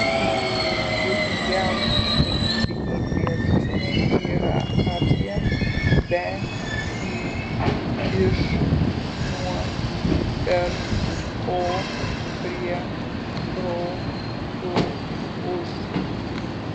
būdingiausi senybiniai prielinksniai yra apie be į iš nuo per po prie pro su už